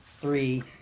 three